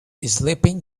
sleeping